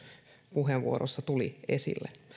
puheenvuoroissa tuli esille